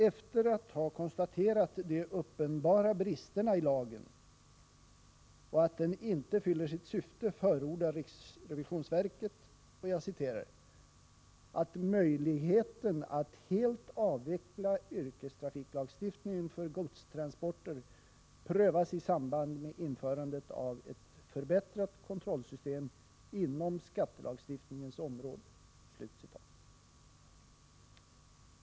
Efter att ha konstaterat de uppenbara bristerna i lagen och att den inte fyller sitt syfte förordar RRV ”att möjligheten att helt avveckla yrkestrafiklagstiftningen för godstransporter prövas i samband med införandet av ett förbättrat kontrollsystem inom skattelagstiftningens område”.